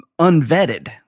unvetted